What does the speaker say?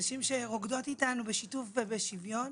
נשים שרוקדות איתנו בשיתוף ובשוויון.